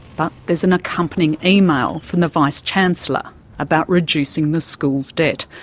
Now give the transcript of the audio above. but there's an accompanying email from the vice-chancellor about reducing the school's debt,